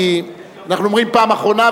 כי אנחנו אומרים "פעם אחרונה",